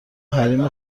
حریم